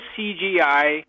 CGI